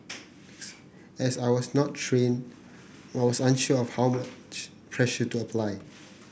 as I was not trained I was unsure of how much pressure to apply